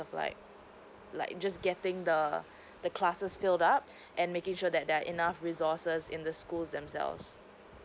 of like like just getting the the classes filled up and making sure that there are enough resources in the schools themselves